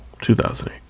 2008